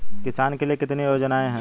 किसानों के लिए कितनी योजनाएं हैं?